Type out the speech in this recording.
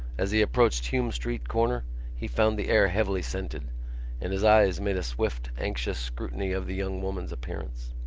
as he approached hume street corner he found the air heavily scented and his eyes made a swift anxious scrutiny of the young woman's appearance.